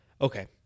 okay